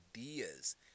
ideas